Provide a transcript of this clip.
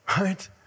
right